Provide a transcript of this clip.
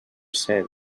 cent